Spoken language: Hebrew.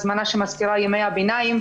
הזמנה שמזכירה את ימי הביניים.